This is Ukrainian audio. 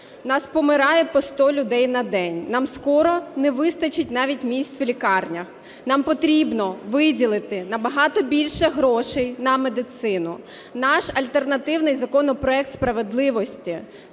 нас помирає по сто людей на день, нам скоро не вистачить навіть місць в лікарнях. Нам потрібно виділити набагато більше грошей на медицину. Наш альтернативний законопроект "Справедливості"